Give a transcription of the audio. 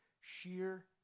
Sheer